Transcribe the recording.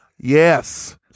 Yes